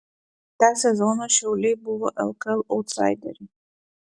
tą sezoną šiauliai buvo lkl autsaideriai